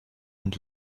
and